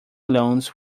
loans